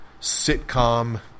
sitcom